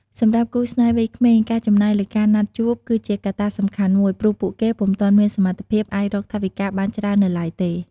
សម្រាប់គូស្នេហ៍វ័យក្មេង ការចំណាយលើការណាត់ជួបគឺជាកត្តាសំខាន់មួយ ព្រោះពួកគេពុំទាន់មានសមត្ថភាពអាចរកថវិកាបានច្រើននៅឡើយទេ។